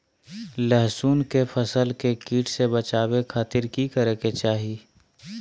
लहसुन के फसल के कीट से बचावे खातिर की करे के चाही?